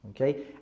Okay